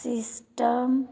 system